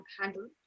handle